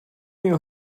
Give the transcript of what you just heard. you